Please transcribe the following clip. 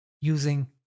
using